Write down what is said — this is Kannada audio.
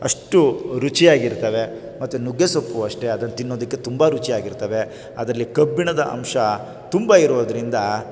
ಅಷ್ಟು ರುಚಿಯಾಗಿರ್ತವೆ ಮತ್ತು ನುಗ್ಗೆಸೊಪ್ಪು ಅಷ್ಟೇ ಅದನ್ನ ತಿನ್ನೋದಕ್ಕೆ ತುಂಬ ರುಚಿಯಾಗಿರ್ತವೆ ಅದರಲ್ಲಿ ಕಬ್ಬಿಣದ ಅಂಶ ತುಂಬ ಇರೋದರಿಂದ